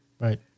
Right